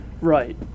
Right